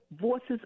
voices